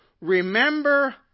remember